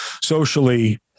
socially